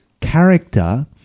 character